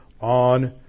on